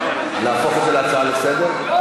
נהפוך את זה להצעה לסדר-היום?